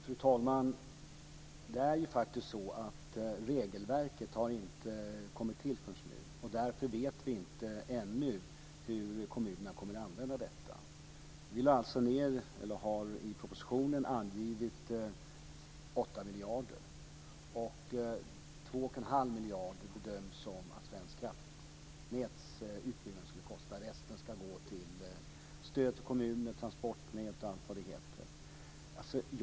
Herr talman! Det är faktiskt så att regelverket inte har kommit till förrän nu. Därför vet vi ännu inte hur kommunerna kommer att använda sig av det. Vi har i propositionen anvisat 8 miljarder. Det bedöms att Svenska Kraftnäts utbyggnad skulle kosta 2 1⁄2 miljard. Resten ska gå till stöd till kommuner, transportnät osv.